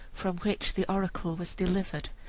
from which the oracle was delivered,